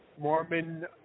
mormon